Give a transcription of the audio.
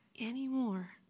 anymore